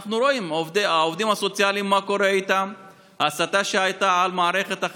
אנחנו רואים מה קורה עם העובדים הסוציאליים,